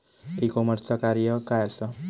E कॉमर्सचा कार्य काय असा?